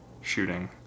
Shooting